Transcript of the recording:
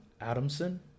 Adamson